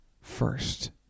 first